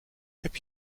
heb